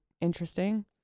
interesting